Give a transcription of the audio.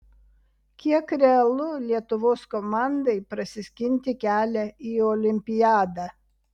kiek realu lietuvos komandai prasiskinti kelią į olimpiadą